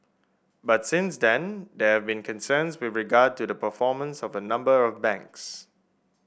but since then there have been concerns with regard to the performance of a number of banks